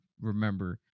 remember